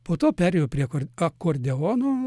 po to perėjau prie kur akordeono